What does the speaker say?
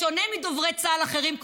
בשונה מדוברי צה"ל אחרים,